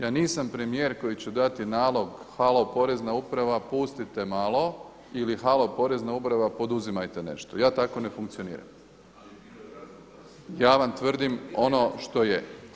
Ja nisam premijer koji će dati nalog, halo Porezna uprava pustite malo ili halo Porezna uprava poduzimajte nešto, ja tako ne funkcioniram, ja vam tvrdim ono što je.